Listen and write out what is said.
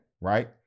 right